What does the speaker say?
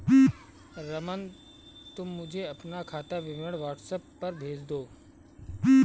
रमन, तुम मुझे अपना खाता विवरण व्हाट्सएप पर भेज दो